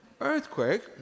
Earthquake